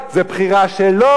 זה בחירה שלו.